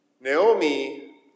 Naomi